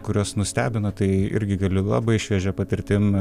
kurios nustebino tai irgi gali labai šviežia patirtim